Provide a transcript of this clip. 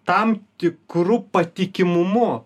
tam tikru patikimumu